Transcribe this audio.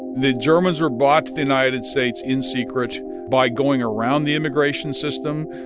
the germans were bought the united states in secret by going around the immigration system.